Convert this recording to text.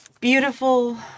beautiful